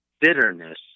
bitterness